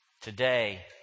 Today